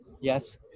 Yes